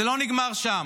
זה לא נגמר שם.